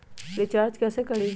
Recharge कैसे करीब?